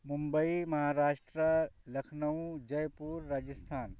Mumbai Maharashtra Lucknow Jaipur Rajasthan